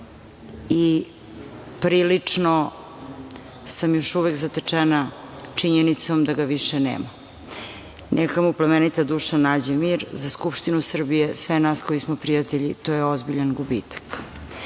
i prilično sam još uvek zatečena činjenicom da ga više nema. Neka mu plemenita duša nađe mir. Za Skupštinu Srbije, sve nas koji smo prijatelji, to je ozbiljan